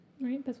right